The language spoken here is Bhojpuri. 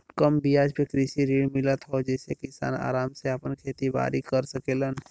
कम बियाज पे कृषि ऋण मिलत हौ जेसे किसान आराम से आपन खेती बारी कर सकेलन